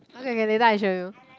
okay K K later I show you